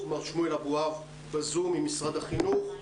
החינוך, מר שמואל אבואב וראשי אגפים ממשרד החינוך.